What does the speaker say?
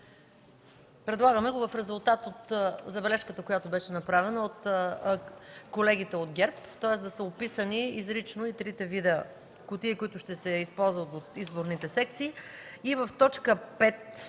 Предлагаме го в резултат от забележката, която беше направена от колегите от ГЕРБ, тоест да са описани изрично и трите вида кутии, които ще се използват в изборните секции. И в т. 5